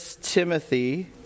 Timothy